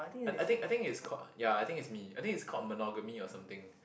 I think I think it's called ya I think it's me I think it's called monogamy or something